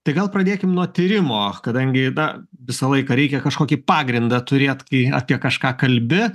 tai gal pradėkim nuo tyrimo kadangi na visą laiką reikia kažkokį pagrindą turėt kai apie kažką kalbi